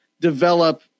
develop